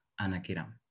Anakiram